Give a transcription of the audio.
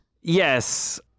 Yes